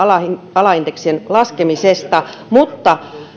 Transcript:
alaindeksien laskemisesta mutta